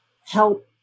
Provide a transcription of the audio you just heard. help